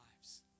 lives